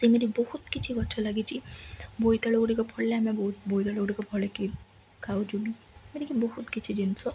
ସେମିତି ବହୁତ କିଛି ଗଛ ଲାଗିଛି ବୋଇତାଳୁ ଗୁଡ଼ିକ ଫଳିଲେ ଆମେ ବହୁତ ବୋଇତାଳୁ ଗୁଡ଼ିକ ଫଳିକିି ଖାଉଛୁ ଏମିତିକି ବହୁତ କିଛି ଜିନିଷ